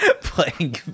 Playing